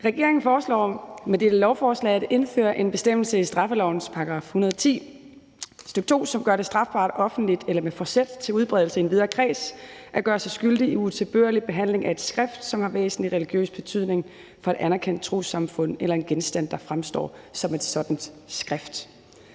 Regeringen foreslår med dette lovforslag at indføre en bestemmelse i straffelovens § 210, stk. 2, som gør det strafbart offentligt eller med forsæt til udbredelse i en videre kreds at gøre sig skyldig i utilbørlig behandling af et skrift, som har væsentlig religiøs betydning for et anerkendt trossamfund, eller en genstand, der fremstår som et sådant skrift.